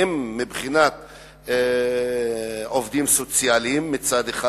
הן מבחינת עובדים סוציאליים מצד אחד,